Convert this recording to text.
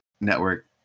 network